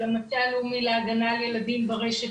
של המטה הלאומי להגנה על ילדים ברשת,